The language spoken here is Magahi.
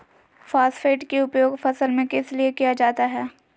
फॉस्फेट की उपयोग फसल में किस लिए किया जाता है?